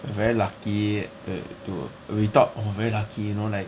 !wah! very lucky err to we thought !wah! very lucky you know like